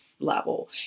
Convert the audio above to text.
level